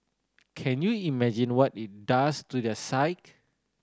can you imagine what it does to their psyche